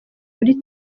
kuri